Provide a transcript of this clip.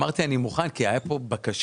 אמרתי שאני מוכן כי הייתה כאן בקשה.